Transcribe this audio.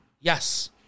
Yes